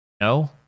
no